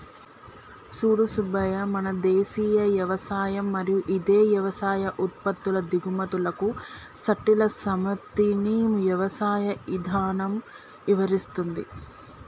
సూడు సూబ్బయ్య మన దేసీయ యవసాయం మరియు ఇదే యవసాయ ఉత్పత్తుల దిగుమతులకు సట్టిల సమితిని యవసాయ ఇధానం ఇవరిస్తుంది